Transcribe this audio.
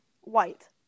white